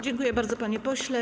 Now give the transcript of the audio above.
Dziękuję bardzo, panie pośle.